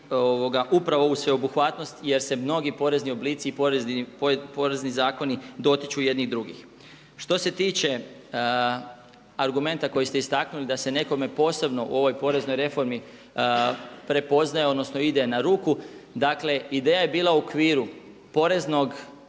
upravo ovu sveobuhvatnost jer se mnogi porezni oblici i porezni zakoni dotiču jedni drugih. Što se tiče argumenta koji ste istaknuli da se nekome posebno u ovoj poreznoj reformi prepoznaje, odnosno ide na ruku dakle ideja je bila u okviru poreznog,